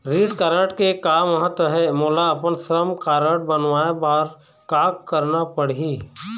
श्रम कारड के का महत्व हे, मोला अपन श्रम कारड बनवाए बार का करना पढ़ही?